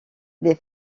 des